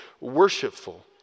worshipful